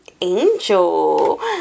Angel